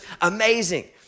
amazing